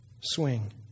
swing